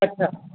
अच्छा